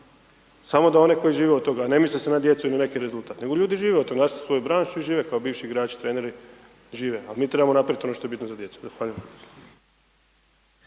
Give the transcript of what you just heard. samo da one koji žive od toga, ne misli se na djecu i na neki rezultat, nego ljudi žive od toga, našli su svoju branšu i žive kao bivši igrači, treneri, žive, al mi trebamo napraviti ono što je bitno za djecu. Zahvaljujem.